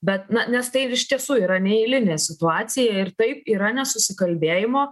bet na nes tai iš tiesų yra neeilinė situacija ir taip yra nesusikalbėjimo